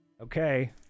Okay